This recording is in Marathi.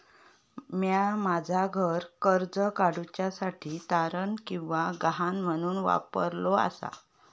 म्या माझा घर कर्ज काडुच्या साठी तारण किंवा गहाण म्हणून वापरलो आसा